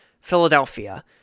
Philadelphia